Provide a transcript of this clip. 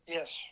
Yes